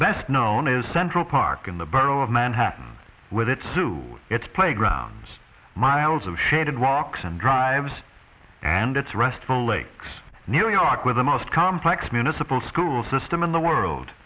best known as central park in the borough of manhattan with its to its play grounds miles of shaded walks and drives and it's restful lakes near york with the most complex municipal school system in the world